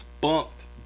bumped